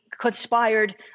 conspired